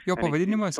jo pavadinimas